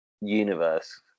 universe